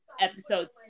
episode